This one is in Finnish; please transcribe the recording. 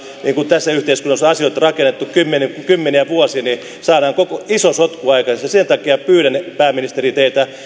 niin kuin tässä yhteiskunnassa on asioita rakennettu kymmeniä kymmeniä vuosia saadaan iso sotku aikaan sen takia pyydän pääministeri teiltä